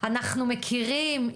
אנחנו מכירים,